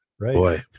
Right